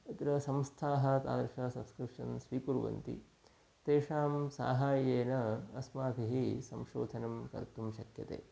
अत्र संस्थाः तादृशानां सब्स्क्रिप्शन् स्वीकुर्वन्ति तेषां साहाय्येन अस्माभिः संशोधनं कर्तुं शक्यते